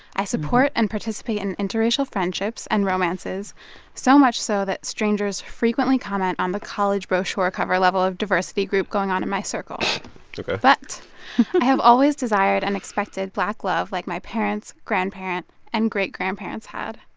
i support and participate in interracial friendships and romances so much so that strangers frequently comment on the college-brochure-cover-level of diversity group going on in my circle ok but i have always desired and expected black love like my parents, grandparent and great grandparents had.